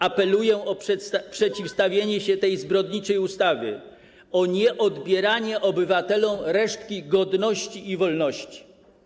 Apeluję o przeciwstawienie się tej zbrodniczej ustawie, o nieodbieranie obywatelom resztki godności i wolności.